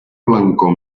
blancor